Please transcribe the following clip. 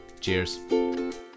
Cheers